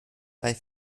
bei